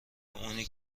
اونی